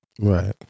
Right